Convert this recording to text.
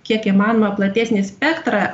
kiek įmanoma platesnį spektrą